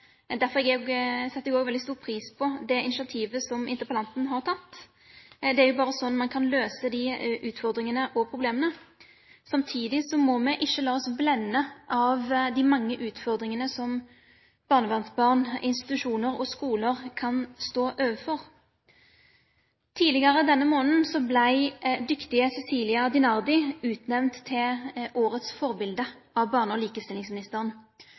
Derfor setter jeg også veldig stor pris på det initiativet som interpellanten har tatt. Det er jo bare sånn man kan løse utfordringen med disse problemene. Samtidig må vi ikke la oss blende av de mange utfordringene som barnevernsbarn i institusjoner og skoler kan stå overfor. Tidligere denne måneden ble dyktige Cecilia Dinardi utnevnt til Årets forbilde av barne- og likestillingsministeren.